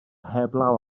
heblaw